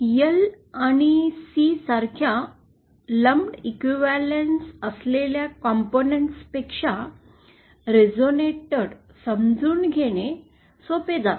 L आणि C सारख्या lumped equivalence असलेल्या कंपोनेंट्स पेक्षा रेसोनेटर समजून घेणे सोपे जाते